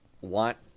want